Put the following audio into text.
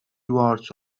towards